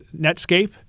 Netscape